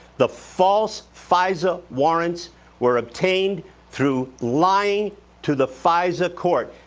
the false fisa warrants were obtained through lying to the fisa court.